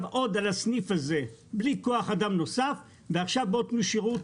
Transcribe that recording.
בלי כוח אדם נוסף אותו סניף צריך לתת שירות